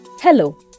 Hello